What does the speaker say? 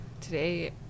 Today